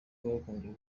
byagabwe